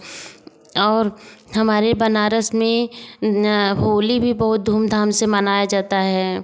और हमारे बनारस में होली भी बहुत धूम धाम से मनाया जाता है